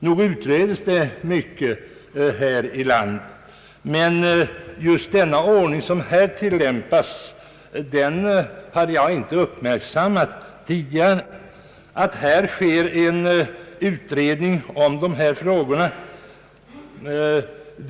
Visst utreds det mycket här i landet, men den ordning som här tillämpas har jag inte tidigare uppmärksammat. Här har skett en utredning om dessa frågor.